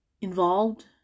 involved